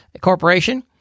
Corporation